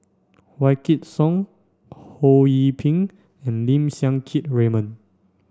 Wykidd Song Ho Yee Ping and Lim Siang Keat Raymond